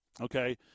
Okay